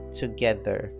together